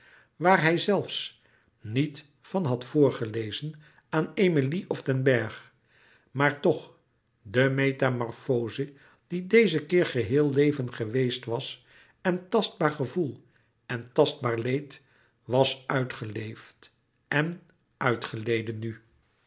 waar hij zelfs niet van had voorgelezen aan emilie of den bergh maar toch de metamorfoze die dezen keer geheel leven geweest was en tastbaar gevoel en tastbaar leed was uitgeleefd en uitgeleden nu